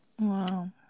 Wow